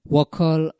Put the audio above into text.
Wakal